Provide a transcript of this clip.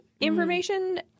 information